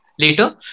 later